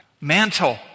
mantle